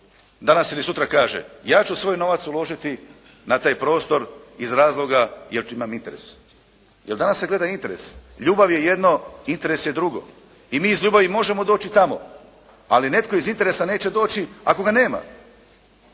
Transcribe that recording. danas ili sutra kaže ja ću svoj novac uložiti na taj prostor iz razloga jer tu imam interes. Jer danas se gleda interes. Ljubav je jedno, interes je drugo i mi iz ljubavi možemo doći tamo, ali netko iz interesa neće doći ako ga nema.